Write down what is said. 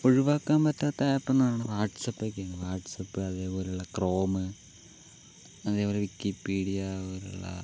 ഒഴിവാക്കാൻ പറ്റാത്ത ഏപ്പ് എന്നു പറയുന്നത് വാട്സപ്പൊക്കെയാണ് വാട്സപ്പ് അതുപോലെയുള്ള ക്രോമ് അതുപോലെ വിക്കീപീഡിയ പോലുള്ള